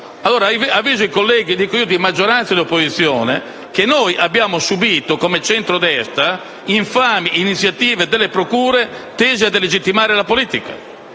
Avviso i colleghi di maggioranza e di opposizione che noi abbiamo subito come centrodestra infami iniziative delle procure tese a delegittimare la politica.